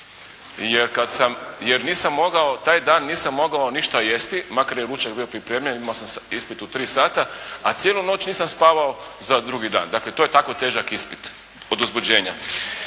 Jer nisam mogao, taj dan nisam mogao ništa jesti, makar je ručak bi pripremljen. Imao sam ispit u tri sata, a cijelu noć nisam spavao za drugi dan. Dakle, to je tako težak ispit od uzbuđenja.